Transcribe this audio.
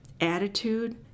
attitude